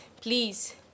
please